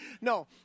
no